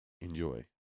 Enjoy